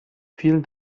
vielen